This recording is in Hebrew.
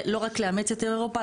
לא רק לאמץ את אירופה,